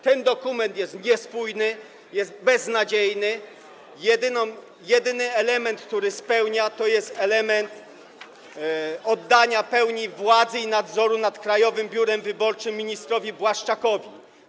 Ten dokument jest niespójny, jest beznadziejny, jedyny element, który zawiera, to jest element oddania pełni władzy i nadzoru nad Krajowym Biurem Wyborczym ministrowi Błaszczakowi.